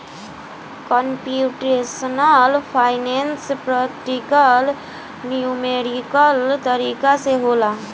computational finance practical numerical तरीका से होला